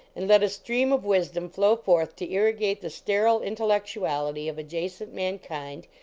and let a stream of wisdom flow forth to irrigate the sterile intellectuality of adja cent mankind,